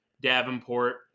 Davenport